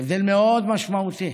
זה הבדל מאוד משמעותי,